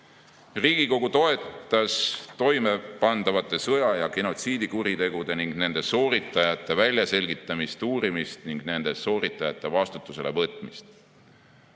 Riigikogu toetas toimepandavate sõja‑ ja genotsiidikuritegude ning nende sooritajate väljaselgitamist ja uurimist ning nende sooritajate vastutuselevõtmist.